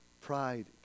Pride